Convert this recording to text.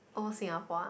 old Singapore ah